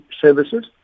services